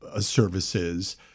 services